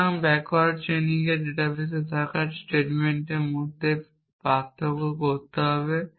সুতরাং ব্যাকওয়ার্ড চেইনিংকে ডেটাবেসে থাকা স্টেটমেন্টগুলির মধ্যে পার্থক্য করতে হবে